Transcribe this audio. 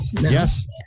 Yes